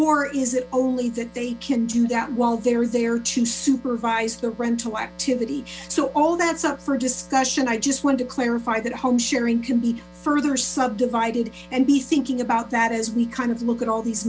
or is it only that they can do that while they're there to supervise the rental activity so all that's up for discussion i just wanted to clarify at home sharing can be further subdivided and be thinking about that as we kind of look at all these